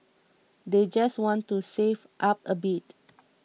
they just want to save up a bit